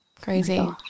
Crazy